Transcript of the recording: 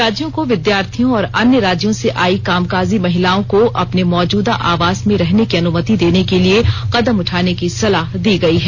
राज्यों को विद्यार्थियों और अन्य राज्यों से आई कामकाजी महिलाओं को अपने मौजूदा आवास में रहने की अनुमति देने के लिए कदम उठाने की सलाह दी गई है